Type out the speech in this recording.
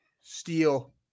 Steel